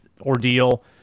ordeal